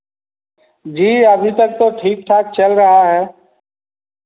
जी अभी तक तो ठीक ठाक चल रहा है